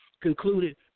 concluded